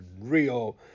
real